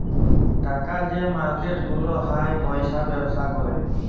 টাকার যে মার্কেট গুলা হ্যয় পয়সার ব্যবসা ক্যরে